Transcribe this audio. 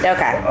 Okay